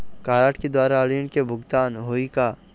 Card के द्वारा ऋण के भुगतान होही का?